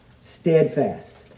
steadfast